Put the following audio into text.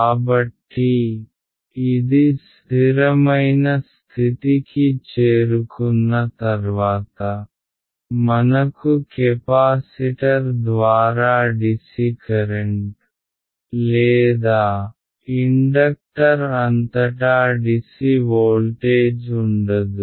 కాబట్టి ఇది స్ధిరమైన స్థితికి చేరుకున్న తర్వాత మనకు కెపాసిటర్ ద్వారా డిసి కరెంట్ లేదా ఇండక్టర్ అంతటా డిసి వోల్టేజ్ ఉండదు